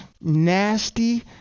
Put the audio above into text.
nasty